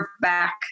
back